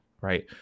right